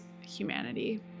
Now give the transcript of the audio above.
humanity